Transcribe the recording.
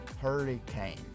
hurricane